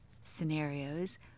scenarios